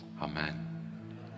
Amen